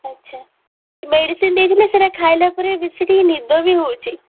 ଆଚ୍ଛା ମେଡ଼ିସିନ ଦେଇଥିଲେ ସେଇଟା ଖାଇଲା ପରେ ବେଶୀ ଟିକେ ନିଦ ବି ହେଉଛି